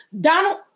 Donald-